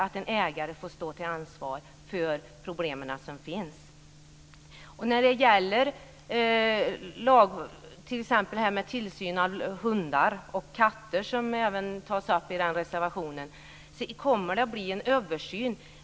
Då får ägaren ta ansvar för problemen. När det gäller detta med tillsyn av hundar och katter, som även tas upp i reservationen, kommer det att ske en översyn.